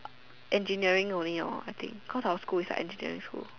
engineering only lor I think cause our school is like engineering school